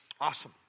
Awesome